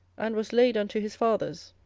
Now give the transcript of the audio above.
and was laid unto his fathers,